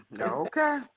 Okay